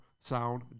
sound